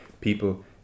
people